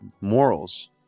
morals